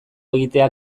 egitea